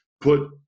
Put